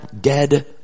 dead